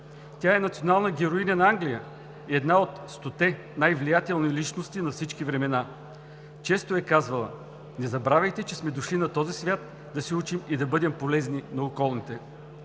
Тя е национална героиня на Англия и една от стоте най-влиятелни личности на всички времена. Често е казвала: „Не забравяйте, че сме дошли на този свят да се учим и да бъдем полезни на околните.“